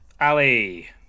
Ali